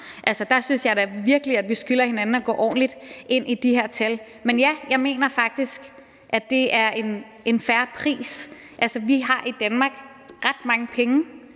Der synes jeg da virkelig, at vi skylder hinanden at gå ordentligt ind i de her tal. Men ja, jeg mener faktisk, at det er en fair pris. Vi har i Danmark ret mange penge